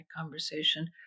conversation